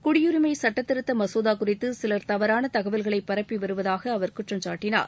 குடியுரிமை சுட்டத் திருத்த மசோதா குறித்து சிலர் தவறான தகவல்களை பரப்பி வருவதாக அவர் குற்றம் சாட்டினார்